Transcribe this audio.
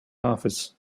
office